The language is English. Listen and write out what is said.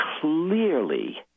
Clearly